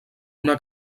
una